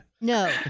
No